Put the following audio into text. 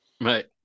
Right